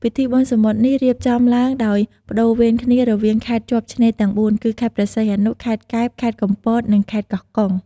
ពិធីបុណ្យសមុទ្រនេះរៀបចំឡើងដោយប្តូរវេនគ្នារវាងខេត្តជាប់ឆ្នេរទាំងបួនគឺ ខេត្តព្រះសីហនុ ខេត្តកែប ខេត្តកំពត និងខេត្តកោះកុង។